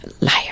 liar